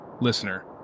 Listener